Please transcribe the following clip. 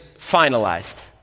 finalized